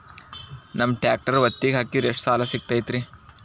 ನಮ್ಮ ಟ್ರ್ಯಾಕ್ಟರ್ ಒತ್ತಿಗೆ ಹಾಕಿದ್ರ ಎಷ್ಟ ಸಾಲ ಸಿಗತೈತ್ರಿ?